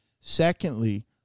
Secondly